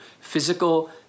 physical